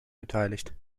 beteiligt